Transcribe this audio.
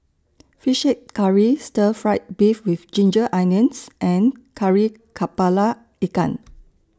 Fish Head Curry Stir Fry Beef with Ginger Onions and Kari Kepala Ikan